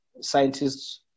scientists